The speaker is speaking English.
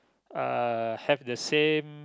uh have the same